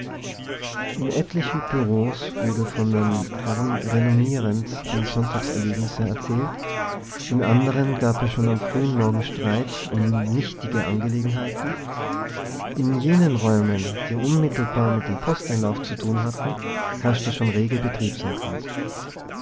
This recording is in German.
in etlichen bureaus wurden von den herren renommierend die sonntagserlebnisse erzählt in anderen gab es schon am frühen morgen streit um nichtige angelegenheiten in jenen räumen die unmittelbar mit dem posteinlauf zu tun hatten herrschte schon rege betriebsamkeit